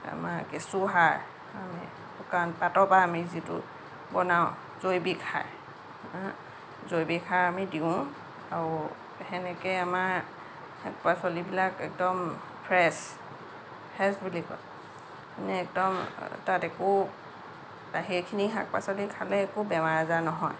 আমাৰ কেঁচুসাৰ শুকান পাতৰ পৰা আমি যিটো বনাওঁ জৈৱিক সাৰ জৈৱিক সাৰ আমি দিওঁ আৰু সেনেকে আমাৰ শাক পাচলিবিলাক একদম ফ্ৰেচ ফ্ৰেচ বুলি কয় মানে একদম তাত একো সেইখিনি শাক পাচলি খালে একো বেমাৰ আজাৰ নহয়